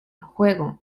juego